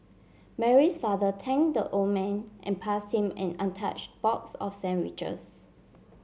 Mary's father thank the old man and pass him an untouch box of sandwiches